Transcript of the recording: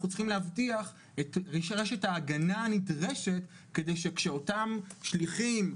אנחנו צריכים להבטיח את רשת ההגנה הנדרשת כדי שכשאותם שליחים,